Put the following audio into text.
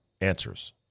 Answers